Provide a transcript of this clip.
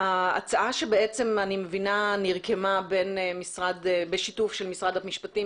ההצעה שנרקמה בשיתוף של משרד המשפטים,